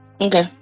Okay